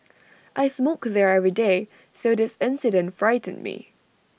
I smoke there every day so this incident frightened me